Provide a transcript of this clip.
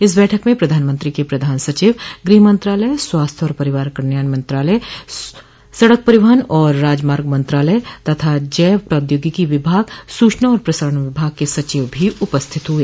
इस बैठक में प्रधानमंत्री के प्रधान सचिव गृह मंत्रालय स्वास्थ्य और परिवार कल्याण मंत्रालय सड़क परिवहन और राजमार्ग मंत्रालय तथा जैव प्रौद्योगिकी विभाग सूचना और प्रसारण विभाग के सचिव भी उपस्थित हुए